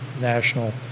National